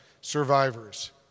survivors